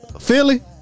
Philly